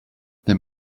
there